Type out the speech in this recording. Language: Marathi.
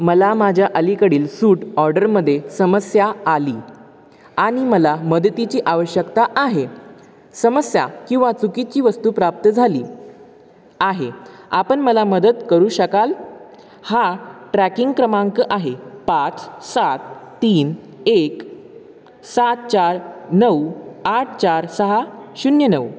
मला माझ्या अलीकडील सूट ऑर्डरमध्ये समस्या आली आणि मला मदतीची आवश्यकता आहे समस्या किंवा चुकीची वस्तू प्राप्त झाली आहे आपण मला मदत करू शकाल हा ट्रॅकिंग क्रमांक आहे पाच सात तीन एक सात चार नऊ आठ चार सहा शून्य नऊ